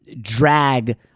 drag